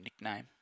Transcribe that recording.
nickname